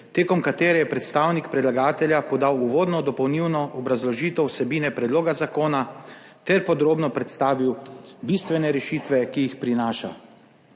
tekom katere je predstavnik predlagatelja podal uvodno dopolnilno obrazložitev vsebine predloga zakona ter podrobno predstavil bistvene rešitve, ki jih prinaša.